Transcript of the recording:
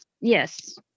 yes